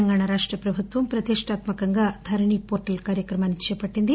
తెలంగాణ రాష్ట ప్రభుత్వం ప్రతిష్టాత్మకంగా ధరణి పోర్టల్ కార్యక్రమాన్ని చేపట్లింది